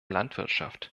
landwirtschaft